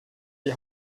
die